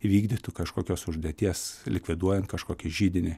įvykdytų kažkokios užduoties likviduojant kažkokį židinį